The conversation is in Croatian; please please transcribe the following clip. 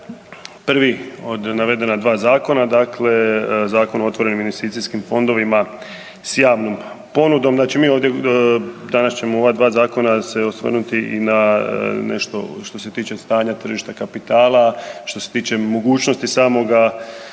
prvi od navedena dva zakona, dakle Zakon o otvorenim investicijskim fondovima s javnom ponudom, znači mi ovdje danas ćemo u ova dva zakona se osvrnuti i nešto što se tiče stanja tržišta kapitala, što se tiče mogućnosti samoga